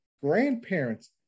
grandparents